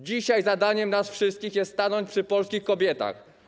Dzisiaj zadaniem nas wszystkich jest stanąć przy polskich kobietach.